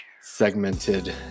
segmented